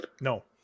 No